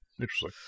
Interesting